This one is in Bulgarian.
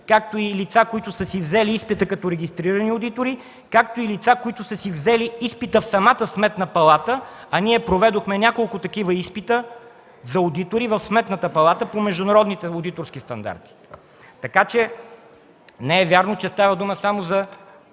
както лица, които са си взели изпита като регистрирани одитори, така и лица, които са си взели изпита в самата Сметна палата. Проведохме няколко такива изпита за одитори в Сметната палата по международните одиторски стандарти. Така че не е вярно, че става дума само за